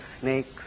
snakes